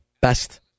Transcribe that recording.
best